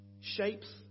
shapes